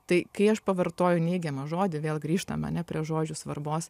tai kai aš pavartoju neigiamą žodį vėl grįžtam ane prie žodžių svarbos